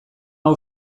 hau